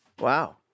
Wow